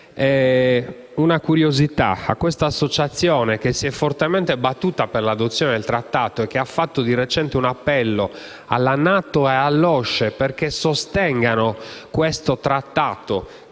una curiosità. A questa associazione, che si è fortemente battuta per l'adozione del Trattato e che di recente ha fatto un appello alla NATO e all'OSCE affinché sostengano il Trattato